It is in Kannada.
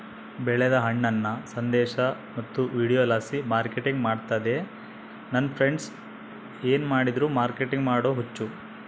ಬೆಳೆದ ಹಣ್ಣನ್ನ ಸಂದೇಶ ಮತ್ತು ವಿಡಿಯೋಲಾಸಿ ಮಾರ್ಕೆಟಿಂಗ್ ಮಾಡ್ತಿದ್ದೆ ನನ್ ಫ್ರೆಂಡ್ಸ ಏನ್ ಮಾಡಿದ್ರು ಮಾರ್ಕೆಟಿಂಗ್ ಮಾಡೋ ಹುಚ್ಚು